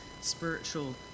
spiritual